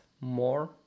more